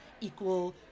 equal